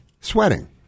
sweating